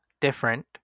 different